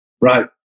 Right